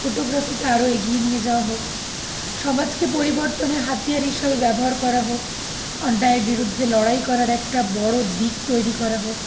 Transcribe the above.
ফোটোগ্রাফিকে আরও এগিয়ে নিয়ে যাওয়া হোক সমাজকে পরিবর্তনের হাতিয়ার হিসাবে ব্যবহার করা হোক অন্যায়ের বিরুদ্ধে লড়াই করার একটা বড়ো দিক তৈরি করা হোক